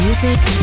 music